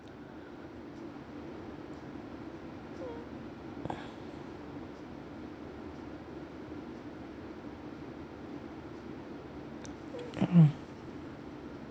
mm